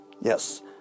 Yes